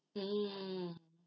mm